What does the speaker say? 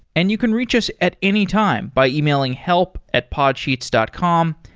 and you can reach us at any time by emailing help at podsheets dot com.